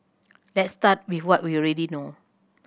let's start with what we already know